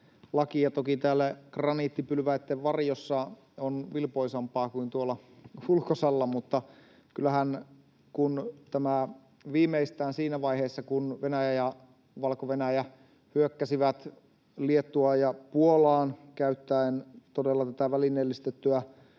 lakia. Toki täällä graniittipylväitten varjossa on vilpoisampaa kuin tuolla ulkosalla. Mutta kyllähän viimeistään siinä vaiheessa, kun Venäjä ja Valko-Venäjä hyökkäsivät Liettuaan ja Puolaan käyttäen todella tätä välineellistettyä